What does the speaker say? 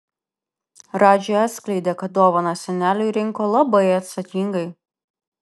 radži atskleidė kad dovaną seneliui rinko labai atsakingai